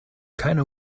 keine